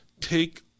take